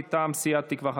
מטעם סיעת תקווה חדשה.